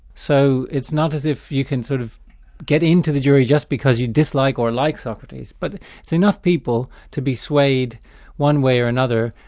so it's not as if you can sort of get into the jury just because you dislike or like socrates, but it's enough people to be swayed one way or another,